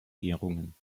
ehrungen